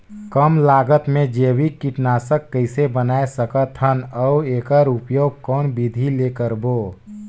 कम लागत मे जैविक कीटनाशक कइसे बनाय सकत हन अउ एकर उपयोग कौन विधि ले करबो?